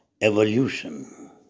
evolution